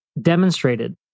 demonstrated